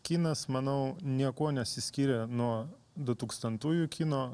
kinas manau niekuo nesiskyrė nuo du tūkstantųjų kino